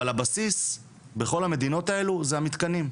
אבל הבסיס, בכל המדינות האלו, זה המתקנים.